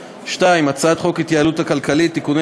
2. הצעת חוק ההתייעלות הכלכלית (תיקוני